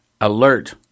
alert